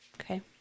Okay